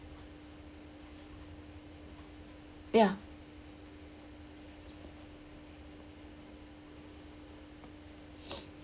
ya